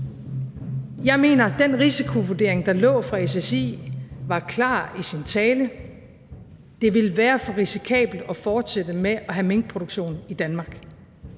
Jeg mener, at den risikovurdering, der lå fra SSI, var klar i sin tale. Det ville være for risikabelt at fortsætte med at have minkproduktion i Danmark.